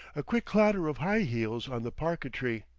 a quick clatter of high heels on the parquetry,